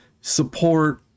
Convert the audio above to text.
support